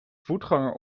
voetganger